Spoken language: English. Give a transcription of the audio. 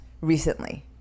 recently